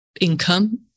income